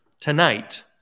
tonight